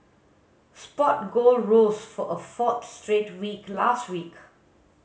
spot gold rose for a fourth straight week last week